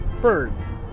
birds